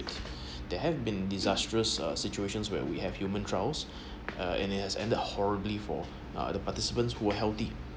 there have been disastrous uh situations where we have human trials and it has ended horribly for uh the participants who healthy